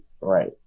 right